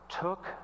took